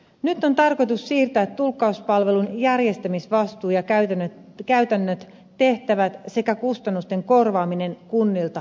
nyt on tarkoitus siirtää tulkkauspalvelun järjestämisvastuu ja käytännöt tehtävät sekä kustannusten korvaaminen kunnilta kelalle